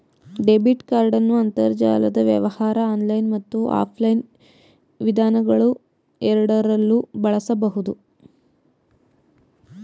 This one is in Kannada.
ಡೆಬಿಟ್ ಕಾರ್ಡನ್ನು ಅಂತರ್ಜಾಲದ ವ್ಯವಹಾರ ಆನ್ಲೈನ್ ಮತ್ತು ಆಫ್ಲೈನ್ ವಿಧಾನಗಳುಎರಡರಲ್ಲೂ ಬಳಸಬಹುದು